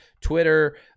Twitter